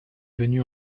venu